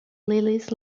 lilith